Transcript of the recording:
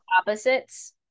opposites